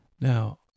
Now